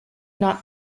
not